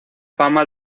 fama